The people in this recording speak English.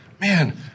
man